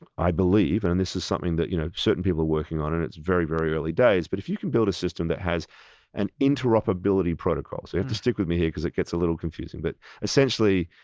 i believe, and this is something that you know certain people are working on, and it's very very early days, but if you can build a system that has an interoperability protocol, so you have to stick with me here, because it gets a little confusing. but essentially,